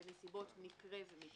לנסיבות מקרה ומקרה.